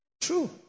true